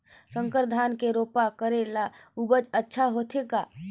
संकर धान के रोपा करे ले उपज अच्छा होथे का?